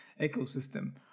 ecosystem